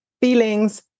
feelings